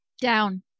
Down